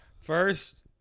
First